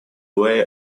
way